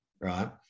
right